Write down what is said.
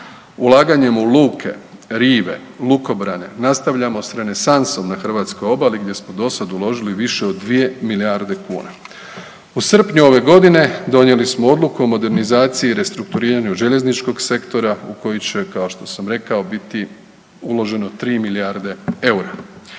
Ulaganjem u luke, rive, lukobrane nastavljamo s renesansom na hrvatskoj obali gdje smo do sad uložili više od dvije milijarde kuna. U srpnju ove godine donijeli smo odluku o modernizaciji i restrukturiranju željezničkog sektora u koji će kao što sam rekao biti uloženo tri milijarde eura.